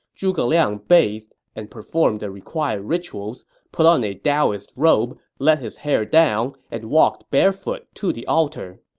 zhuge liang bathed and performed the required rituals, put on a daoist robe, let his hair down, and walked barefoot to the altar.